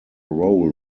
role